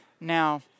Now